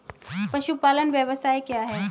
पशुपालन व्यवसाय क्या है?